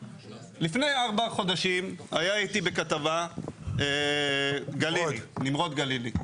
לפני ארבעה חודשים היה איתי בכתבה נמרוד גלילי.